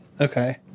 Okay